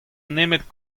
nemet